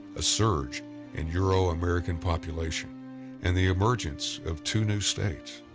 a surge in euro-american population and the emergence of two new states.